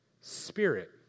Spirit